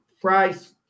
price